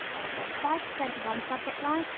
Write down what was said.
and send five percent one subject line,